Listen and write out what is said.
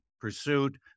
pursuit